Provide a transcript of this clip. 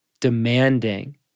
demanding